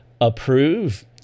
approve